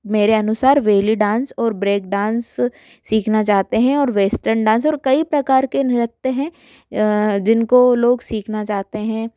मेरे अनुसार belly dance और ब्रेक डांस सीखना चाहते है और वेस्टर्न डांस और कई प्रकार के नृत्य हैं जिनको लोग सीखना चाहते हैं